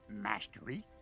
mastery